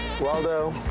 waldo